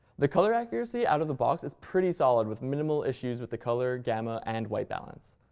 the color accuracy out of the box is pretty solid, with minimal issues with the color, gamma, and white balance.